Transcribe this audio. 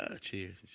Cheers